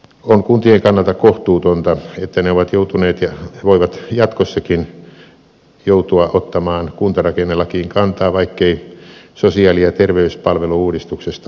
on kuntien kannalta kohtuutonta että ne ovat joutuneet ja voivat jatkossakin joutua ottamaan kuntarakennelakiin kantaa vaikkei sosiaali ja terveyspalvelu uudistuksesta ole selkoa